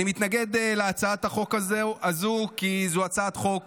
אני מתנגד להצעת החוק הזו, כי זו הצעת חוק